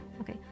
Okay